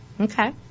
Okay